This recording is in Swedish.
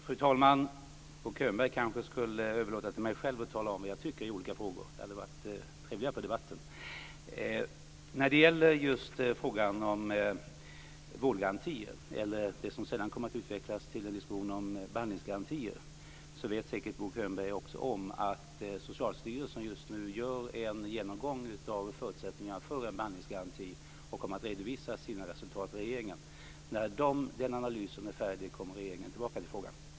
Fru talman! Bo Könberg kanske skulle överlåta till mig att själv tala om vad jag tycker i olika frågor. Det hade varit trevligare för debatten. När det gäller just frågan om vårdgarantier, eller det som sedan kom att utvecklas till en diskussion om behandlingsgarantier, vet säkert också Bo Könberg att Socialstyrelsen just nu gör en genomgång av förutsättningarna för en behandlingsgaranti. Man kommer att redovisa sina resultat till regeringen. När den analysen är färdig kommer regeringen tillbaka till frågan.